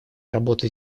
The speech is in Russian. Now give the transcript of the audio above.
работу